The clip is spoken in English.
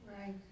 right